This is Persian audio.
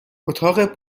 اتاق